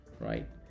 right